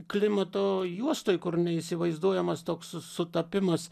klimato juostoj kur neįsivaizduojamas toks sutapimas